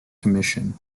commission